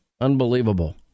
unbelievable